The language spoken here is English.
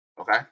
Okay